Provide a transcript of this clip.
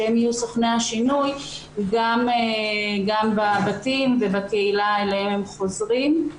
שהם יהיו סוכני השינוי גם בבתים ובקהילה שאליה הם חוזרים.